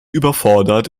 überfordert